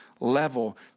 level